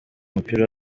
umupira